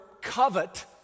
covet